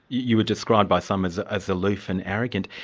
you were described by some as ah as aloof and arrogant.